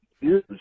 use